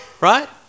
right